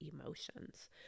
emotions